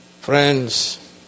Friends